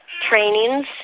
trainings